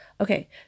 Okay